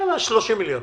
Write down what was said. על ה-30 מיליון.